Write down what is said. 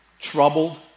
troubled